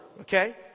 Okay